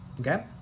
okay